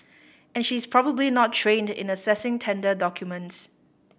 and she is probably not trained in assessing tender documents